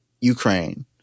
Ukraine